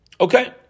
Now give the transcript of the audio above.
Okay